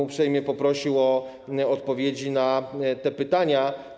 Uprzejmie proszę o odpowiedzi na te pytania.